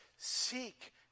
Seek